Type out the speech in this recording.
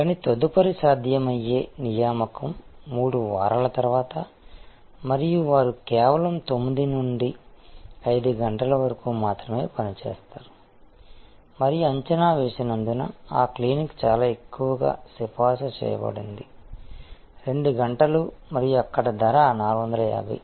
కానీ తదుపరి సాధ్యమయ్యే నియామకం 3 వారాల తరువాత మరియు వారు కేవలం 9 నుండి 5 గంటల వరకు మాత్రమే పనిచేస్తారు మరియు అంచనా వేసినందున ఆ క్లినిక్ చాలా ఎక్కువగా సిఫార్సు చేయబడింది 2 గంటలు మరియు అక్కడ ధర 450